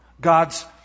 God's